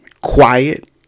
quiet